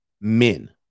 men